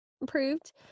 Improved